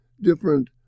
different